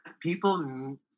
People